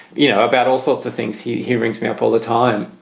you know, about all sorts of things. he he rings me up all the time.